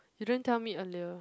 you don't tell me earlier